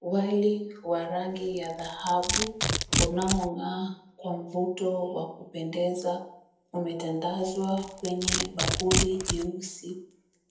Wali wa rangi ya dhahabu unaong'aa kwa mvuto wa kupendeza, umetandazwa kwenye bakuli jeusi